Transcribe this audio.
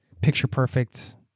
picture-perfect